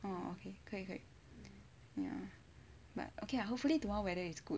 oh 可以可以 ya but okay lah hopefully tomorrow weather is good